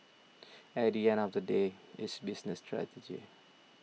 at the end of the day it's business strategy